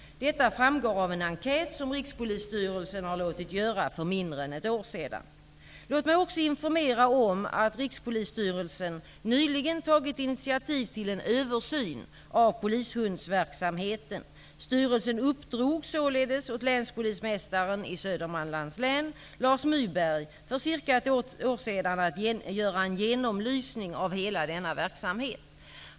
Detta framgår av en enkät som Rikspolisstyrelsen har låtit göra för mindre än ett år sedan. Låt mig också informera om att Rikspolisstyrelsen nyligen tagit initiativ till en översyn av polishundsverksamheten. Styrelsen uppdrog således för cirka ett år sedan åt länspolismästaren i Södermanlands län, Lars Myrberg, att göra en genomlysning av hela denna verksamhet.